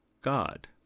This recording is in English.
god